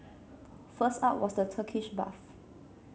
first up was the Turkish bath